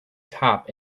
top